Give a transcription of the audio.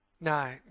No